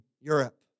Europe